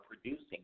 producing